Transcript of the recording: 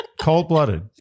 cold-blooded